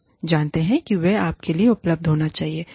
आप जानते हैं कि वे आपके लिए उपलब्ध होना चाहिए